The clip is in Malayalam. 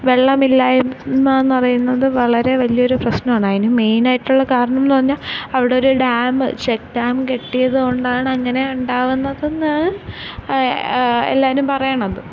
വെള്ളമില്ലായ്മ എന്ന് പറയുന്നത് വളരെ വലിയോരു പ്രശ്നമാണ് അതിന് മെയ്നായിട്ടുള്ള കാരണം എന്ന് പറഞ്ഞാൽ അവിടൊര് ഡാമ് ഷെ ഡ്ഡാം കെട്ടിയത് കൊണ്ടാണങ്ങനെ ഉണ്ടാകുന്നത് എന്നാണ് എല്ലാവരും പറയുന്നത്